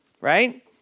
right